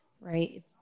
Right